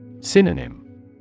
Synonym